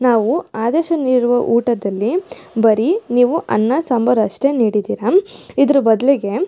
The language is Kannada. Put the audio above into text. ನಾವು ಆದೇಶ ನೀಡಿರುವ ಊಟದಲ್ಲಿ ಬರೇ ನೀವು ಅನ್ನ ಸಾಂಬಾರು ಅಷ್ಟೇ ನೀಡಿದ್ದೀರ ಇದ್ರ ಬದಲಿಗೆ